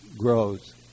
grows